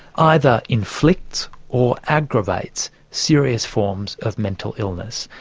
either inflicts or aggravates serious forms of mental illness,